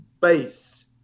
base